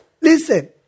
listen